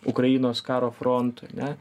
ukrainos karo frontui ane